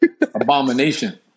Abomination